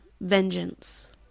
vengeance